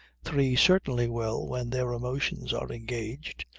three certainly will when their emotions are engaged.